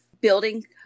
building